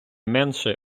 менше